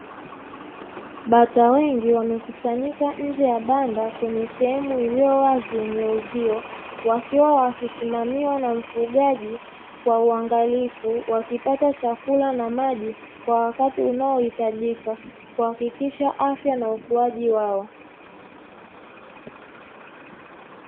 Bata wengi wamekusanyika nje ya banda kwenye sehemu iliyowazi yenye uzio wakiwa wakisimamiwa na mfugaji kwa uangalifu wakipata chakula na maji kwa wakati unaohitajika kuhakikisha afya na ukuaji wao.